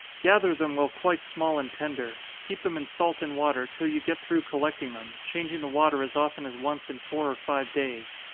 gather them while quite small and tender. keep them in salt and water, till you get through collecting them changing the water as often as once in four or five days.